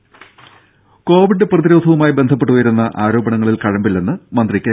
രും കോവിഡ് പ്രതിരോധവുമായി ബന്ധപ്പെട്ട് ഉയരുന്ന ആരോപണങ്ങളിൽ കഴമ്പില്ലെന്ന് മന്ത്രി കെ